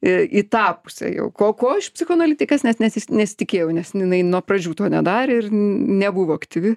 į į tą pusę jau ko ko iš psichoanalitikas nes nes jis nesitikėjau nes ninai nuo pradžių to nedarė ir n nebuvo aktyvi